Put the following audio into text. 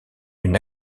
une